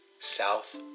South